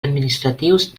administratius